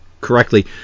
correctly